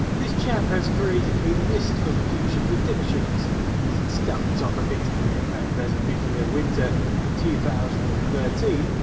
this chap has created a list of future predictions it starts off a bit grim, and there's a nuclear winter in two thousand and thirteen,